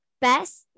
best